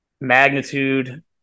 Magnitude